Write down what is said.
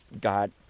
got